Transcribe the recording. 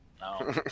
no